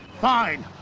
Fine